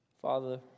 Father